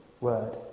word